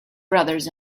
brothers